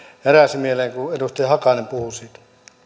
heräsi mieleen kun edustaja hakanen puhui siitä